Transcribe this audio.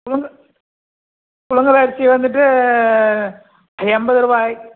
புலுங்கல் புலுங்கலரிசி வந்துவிட்டு எண்பதுருவாய்